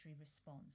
response